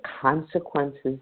consequences